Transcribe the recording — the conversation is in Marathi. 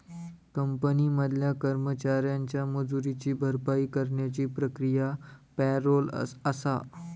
कंपनी मधल्या कर्मचाऱ्यांच्या मजुरीची भरपाई करण्याची प्रक्रिया पॅरोल आसा